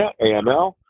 AML